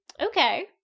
Okay